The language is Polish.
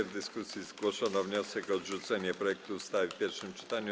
W dyskusji zgłoszono wniosek o odrzucenie projektu ustawy w pierwszym czytaniu.